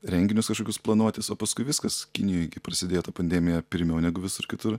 renginius kažkokius planuotis o paskui viskas kinijoj prasidėjo ta pandemija pirmiau negu visur kitur